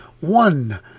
One